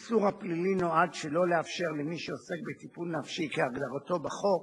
שעל-פיו האיסור הפלילי של קיום יחסי מין בין מטפל למטופל,